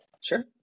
Sure